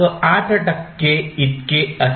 8 टक्के इतके असेल